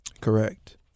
Correct